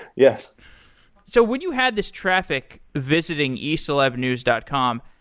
yes so when you had this traffic visiting ecelebnews dot com,